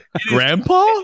grandpa